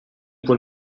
quel